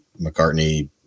McCartney